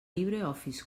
libreoffice